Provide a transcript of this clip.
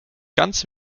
ganz